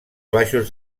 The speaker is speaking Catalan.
baixos